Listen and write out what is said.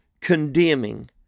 condemning